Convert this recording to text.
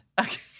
Okay